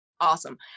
awesome